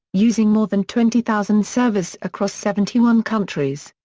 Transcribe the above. using more than twenty thousand servers across seventy one countries.